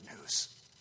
news